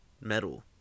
metal